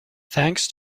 thanks